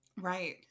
Right